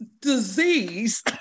disease